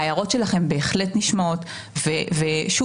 ההערות שלכם בהחלט נשמעות ושוב,